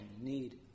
need